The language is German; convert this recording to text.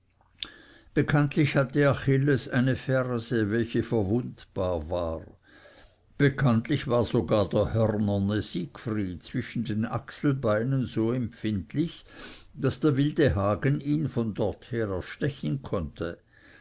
bekanntlich hatte achilles eine ferse welche verwundbar war bekanntlich war sogar der hörnerne siegfried zwischen den achselbeinen so empfindlich daß der wilde hagen ihn von dorther erstechen konnte